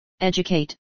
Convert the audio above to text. educate